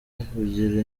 bugira